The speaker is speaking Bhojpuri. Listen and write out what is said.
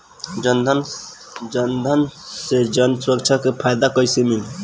जनधन से जन सुरक्षा के फायदा कैसे मिली?